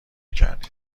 کردیم